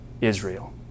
israel